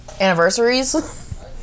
Anniversaries